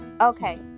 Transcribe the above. Okay